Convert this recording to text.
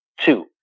two